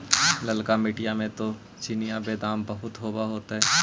ललका मिट्टी मे तो चिनिआबेदमां बहुते होब होतय?